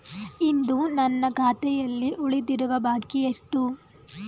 ಇಂದು ನನ್ನ ಖಾತೆಯಲ್ಲಿ ಉಳಿದಿರುವ ಬಾಕಿ ಎಷ್ಟು?